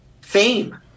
Fame